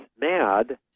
mad